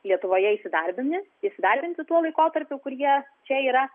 lietuvoje įsidarbini įsidarbinti tuo laikotarpiu kur jie čia yra